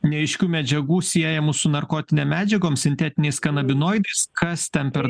neaiškių medžiagų siejamų su narkotinėm medžiagom sintetiniais kanabinoidais kas ten per